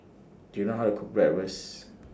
Do YOU know How to Cook Bratwurst